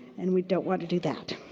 and we don't want to do that.